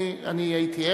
הייתי עד,